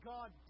God